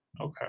Okay